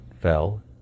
fell